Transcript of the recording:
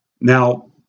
Now